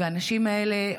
והאנשים האלה,